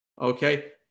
okay